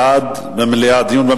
היום גם על עובדי קבלן שהם אחיות בתי-ספר,